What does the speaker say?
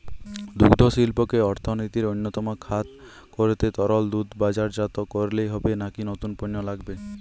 দুগ্ধশিল্পকে অর্থনীতির অন্যতম খাত করতে তরল দুধ বাজারজাত করলেই হবে নাকি নতুন পণ্য লাগবে?